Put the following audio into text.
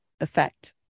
effect